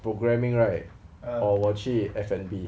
programming right or 我去 F&B